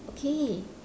okay